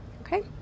okay